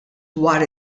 dwar